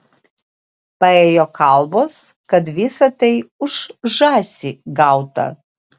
paėjo kalbos kad visa tai už žąsį gauta